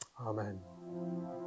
Amen